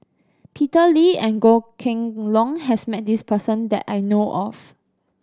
Peter Lee and Goh Kheng Long has met this person that I know of